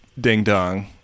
ding-dong